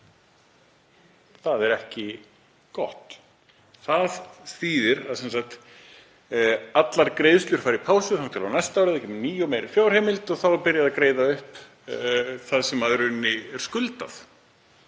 Það er ekki gott. Það þýðir að allar greiðslur fara í pásu þangað til á næsta ári. Þá kemur ný og meiri fjárheimild og þá er byrjað að greiða upp það sem í rauninni er skuld